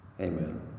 Amen